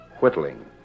Whittling